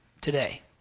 today